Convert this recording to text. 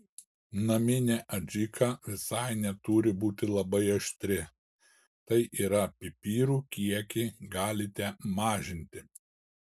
naminė adžika visai neturi būti labai aštri tai yra pipirų kiekį galite mažinti